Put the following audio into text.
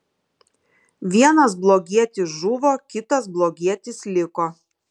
vienas blogietis žuvo kitas blogietis liko